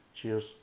cheers